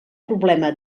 problema